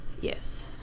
Yes